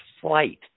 flight